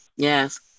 Yes